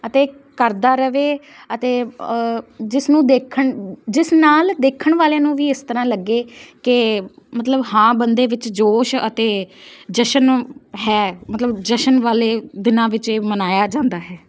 ਅਤੇ ਕਰਦਾ ਰਹੇ ਅਤੇ ਜਿਸ ਨੂੰ ਦੇਖਣ ਜਿਸ ਨਾਲ ਦੇਖਣ ਵਾਲਿਆਂ ਨੂੰ ਵੀ ਇਸ ਤਰ੍ਹਾਂ ਲੱਗੇ ਕਿ ਮਤਲਬ ਹਾਂ ਬੰਦੇ ਵਿੱਚ ਜੋਸ਼ ਅਤੇ ਜਸ਼ਨ ਹੈ ਮਤਲਬ ਜਸ਼ਨ ਵਾਲੇ ਦਿਨਾਂ ਵਿੱਚ ਇਹ ਮਨਾਇਆ ਜਾਂਦਾ ਹੈ